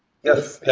yes.